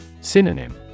Synonym